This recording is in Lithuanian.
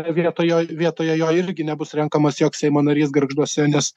vietoj jo vietoje jo irgi nebus renkamas joks seimo narys gargžduose nes